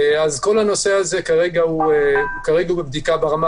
אז כל הנושא הזה הוא כרגע בבדיקה ברמה